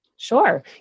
Sure